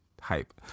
hype